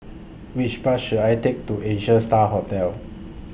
Which Bus should I Take to Asia STAR Hotel